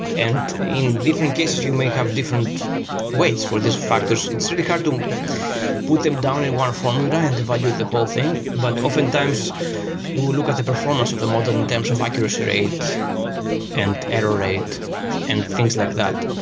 and in different cases, you may have different ways for these factors. it's really hard to put them down in one formula and evaluate the whole thing, but often times we look at the performance of the model in terms of accuracy rate and error rate and things like that.